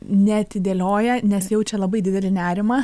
neatidėlioja nes jaučia labai didelį nerimą